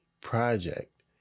project